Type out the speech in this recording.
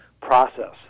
process